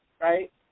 right